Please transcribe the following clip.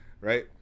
Right